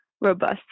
robust